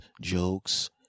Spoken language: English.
jokes